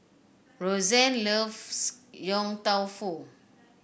Rozanne loves Yong Tau Foo